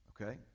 Okay